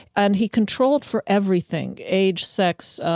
and he controlled for everything age, sex,